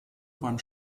beim